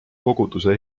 koguduse